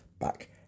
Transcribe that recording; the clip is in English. back